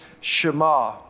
Shema